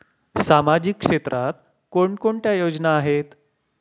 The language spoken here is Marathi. सामाजिक क्षेत्रात कोणकोणत्या योजना आहेत?